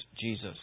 Jesus